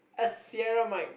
a sierra mic